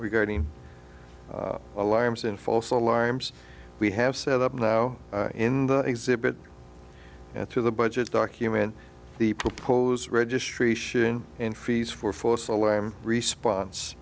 regarding alarms and false alarms we have set up now in the exhibit and through the budget document the proposed registration and fees for false alarm response